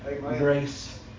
grace